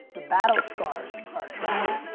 the battle scars are attractive.